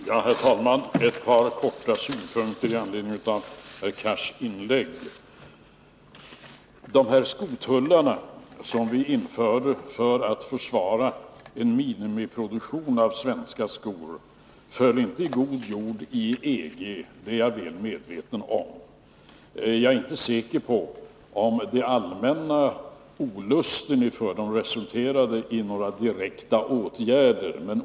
Herr talman! Jag vill komma med ett par korta kommentarer med anledning av herr Cars inlägg. De skotullar som vi införde för att försvara en minimiproduktion av svenska skor föll inte i god jord inom EG — det är jag väl medveten om. Men jag är inte säker på om den allmänna olusten inför dessa tullar resulterade i några direkta åtgärder.